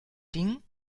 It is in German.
ding